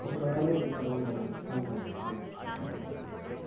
அப்போ நான் கையிலேயே கொடுத்தர்றேன் ஓகேண்ணா வாங்கிக்கோங்க ஆ சரிங்கண்ணா